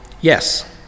yes